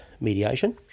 mediation